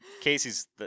Casey's